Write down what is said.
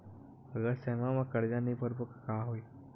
अगर समय मा कर्जा नहीं भरबों का होई?